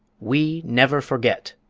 we never forget!